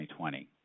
2020